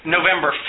November